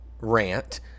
rant